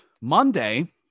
Monday